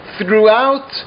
throughout